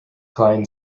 klein